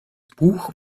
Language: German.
buch